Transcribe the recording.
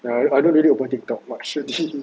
ya I don't really open TikTok !wah! shit this